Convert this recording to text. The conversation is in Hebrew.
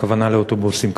הכוונה לאוטובוסים,